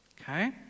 Okay